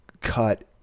cut